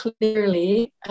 clearly